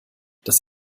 das